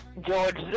George